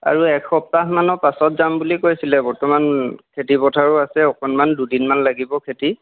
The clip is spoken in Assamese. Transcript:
আৰু এসপ্তাহমানৰ পাছত যাম বুলি কৈছিলে বৰ্তমান খেতি পথাৰো আছে অকণমান দুদিনমান লাগিব খেতি